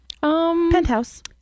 penthouse